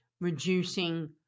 reducing